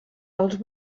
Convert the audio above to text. els